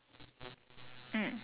never mind ah got one hour [what]